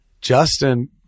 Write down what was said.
Justin